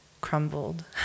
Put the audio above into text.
crumbled